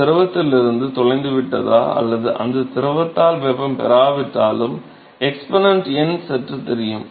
திரவத்திலிருந்து தொலைந்துவிட்டதா அல்லது அந்த திரவத்தால் வெப்பம் பெறப்பட்டாலும் எக்ஸ்பொனென்ட் n சற்று தெரியும்